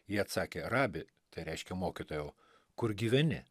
jie atsakė rabi tai reiškia mokytojau kur gyveni